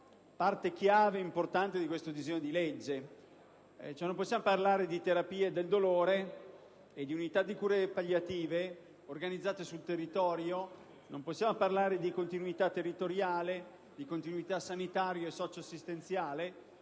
chiave importante di questo disegno di legge. Non possiamo parlare di terapia del dolore e di unità di cure palliative organizzate sul territorio, né possiamo parlare di continuità territoriale, sanitaria e socio-assistenziale,